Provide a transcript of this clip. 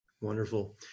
Wonderful